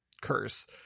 curse